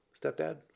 stepdad